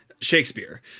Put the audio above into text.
Shakespeare